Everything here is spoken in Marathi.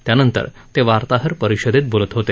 त्यानंतर ते वार्ताहर परिषदेत बोलत होते